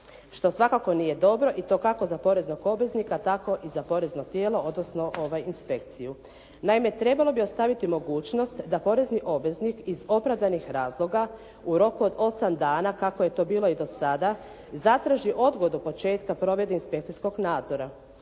što svakako nije dobro i to kako za poreznog obveznika tako i za porezno tijelo odnosno inspekciju. Naime, trebalo bi ostaviti mogućnost da porezni obveznik iz opravdanih razloga u roku od 8 dana kako je to bilo i do sada zatraži odgodu početka provedbe inspekcijskog nadzora.